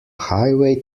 highway